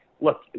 look